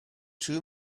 two